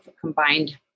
combined